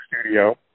studio